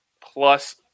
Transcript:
plus